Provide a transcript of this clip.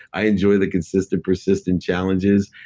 i enjoy the consistent, persistent challenges.